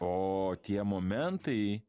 o tie momentai